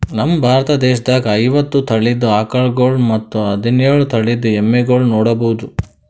ನಮ್ ಭಾರತ ದೇಶದಾಗ್ ಐವತ್ತ್ ತಳಿದ್ ಆಕಳ್ಗೊಳ್ ಮತ್ತ್ ಹದಿನೋಳ್ ತಳಿದ್ ಎಮ್ಮಿಗೊಳ್ ನೋಡಬಹುದ್